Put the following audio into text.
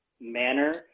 manner